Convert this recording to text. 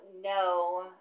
No